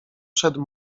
szedł